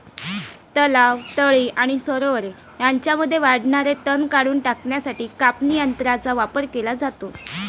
तलाव, तळी आणि सरोवरे यांमध्ये वाढणारे तण काढून टाकण्यासाठी कापणी यंत्रांचा वापर केला जातो